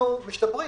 אנחנו משתפרים.